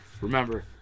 Remember